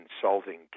consulting